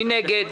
מי נגד?